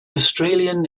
australian